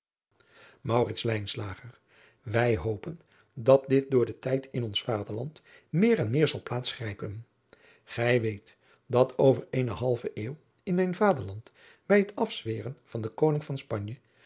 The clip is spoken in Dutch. wij hopen dat dit door den tijd in ons vaderland meer en meer zal plaats grijpen gij weet dat over eene halve eeuw in mijn vaderland bij het afzweren van den koning van spanje